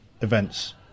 events